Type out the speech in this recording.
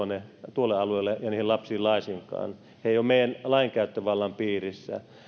tuolle alueelle ja niihin lapsiin laisinkaan he eivät ole meidän lainkäyttövaltamme piirissä